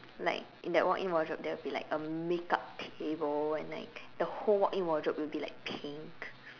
like in that walk in wardrobe there will be like a makeup table and like the whole walk in wardrobe will be like pink